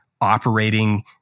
operating